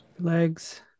legs